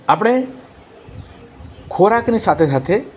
આપણે ખોરાકની સાથે સાથે